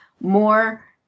more